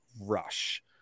rush